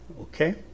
okay